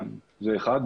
זה אחד.